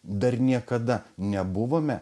dar niekada nebuvome